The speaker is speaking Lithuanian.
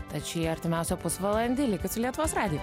tad šį artimiausią pusvalandį likit su lietuvos radiju